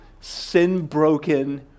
sin-broken